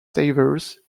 savers